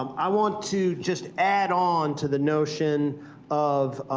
um i want to just add on to the notion of